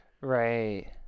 Right